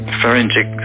forensic